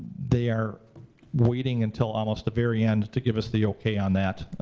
they are waiting until almost the very end to give us the okay on that,